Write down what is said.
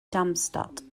darmstadt